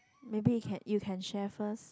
maybe you can you can share first